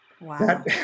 Wow